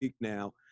now